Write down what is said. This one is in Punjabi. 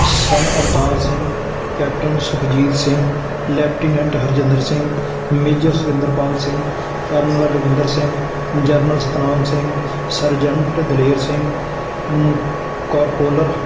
son Avtar Singh captain Sukhjeet Singh lieutenant Harjinder Singh major Surinder Pal Singh colonel Ravinder Singh general Satnam Singh sergeant Daler Singh ਕਾਰਪੋਰ